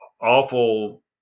awful